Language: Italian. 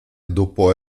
dopo